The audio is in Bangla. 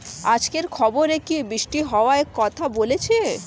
আজকের খবরে কি বৃষ্টি হওয়ায় কথা বলেছে?